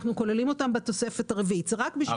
אנחנו כוללים אותן בתוספת ה-14.